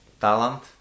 talent